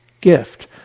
gift